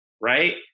right